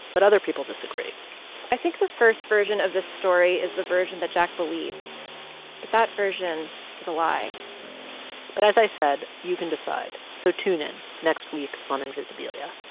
but other people disagree i think the first version of this story is the version that jack believes, but that version is a lie but as i said, you can decide. so tune in next week on invisibilia